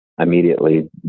immediately